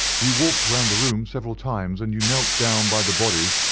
you walked round the room several times, and you knelt down by the body,